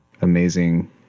amazing